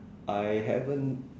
I haven't